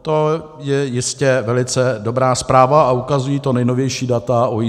To je jistě velice dobrá zpráva a ukazují to nejnovější data OECD.